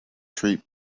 treat